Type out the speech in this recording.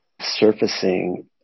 surfacing